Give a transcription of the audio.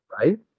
right